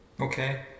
okay